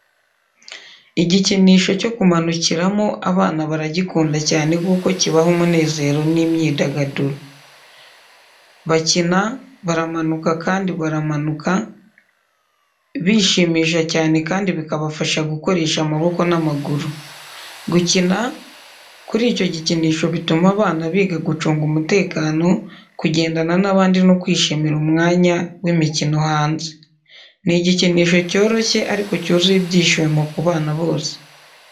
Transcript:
Igikinisho cyo kumanukiramo abana baragikunda cyane kuko kibaha umunezero n’imyidagaduro. Bacyina, baramanuka kandi baramanuka, bishimisha cyane kandi bikabafasha gukoresha amaboko n’amaguru. Gukina kuri icyo gikinisho bituma abana biga gucunga umutekano, kugendana n’abandi no kwishimira umwanya w’imikino hanze. Ni igikinisho cyoroshye ariko cyuzuye ibyishimo ku bana bose.